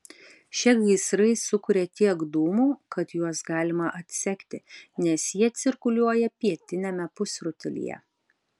šie gaisrai sukuria tiek dūmų kad juos galima atsekti nes jie cirkuliuoja pietiniame pusrutulyje